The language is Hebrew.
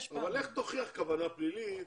אבל לך תוכיח כוונה פלילית,